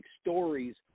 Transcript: stories